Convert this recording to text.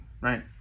right